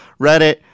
reddit